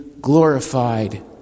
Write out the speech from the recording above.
glorified